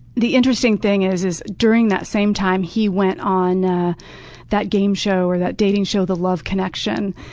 the interesting thing is is, during that same time, he went on that game show or that dating show, the love connection,